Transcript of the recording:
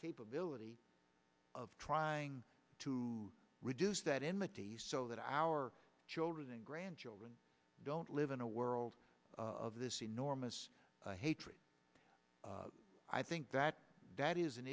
capability of trying to reduce that in mctee so that our children and grandchildren don't live in a world of this enormous hatred i think that that is an